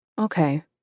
okay